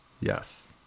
Yes